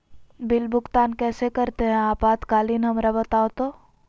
Bill भुगतान कैसे करते हैं आपातकालीन हमरा बताओ तो?